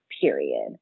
period